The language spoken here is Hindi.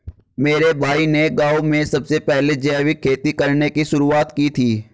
मेरे भाई ने गांव में सबसे पहले जैविक खेती करने की शुरुआत की थी